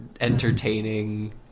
entertaining